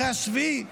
אחרי 7 באוקטובר,